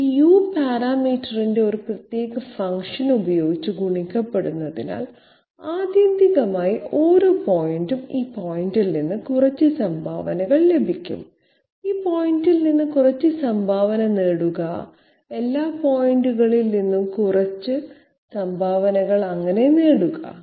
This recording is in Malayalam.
ഇത് u പാരാമീറ്ററിന്റെ ഒരു പ്രത്യേക ഫംഗ്ഷൻ ഉപയോഗിച്ച് ഗുണിക്കപ്പെടുന്നതിനാൽ ആത്യന്തികമായി ഓരോ പോയിന്റിനും ഈ പോയിന്റിൽ നിന്ന് കുറച്ച് സംഭാവനകൾ ലഭിക്കും ഈ പോയിന്റിൽ നിന്ന് കുറച്ച് സംഭാവന നേടുക എല്ലാ പോയിന്റുകളിൽ നിന്നും കുറച്ച് സംഭാവനകൾ അങ്ങനെ നേടുക